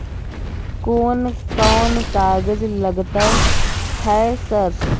कोन कौन कागज लगतै है सर?